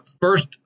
first